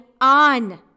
on